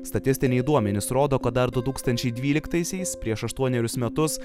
statistiniai duomenys rodo kad dar du tūkstančiai dvyliktaisiais prieš aštuonerius metus